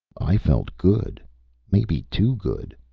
i felt good maybe too good.